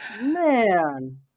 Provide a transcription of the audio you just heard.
Man